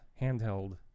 handheld